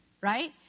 right